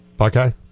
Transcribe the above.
Okay